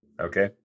Okay